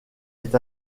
est